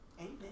amen